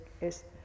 es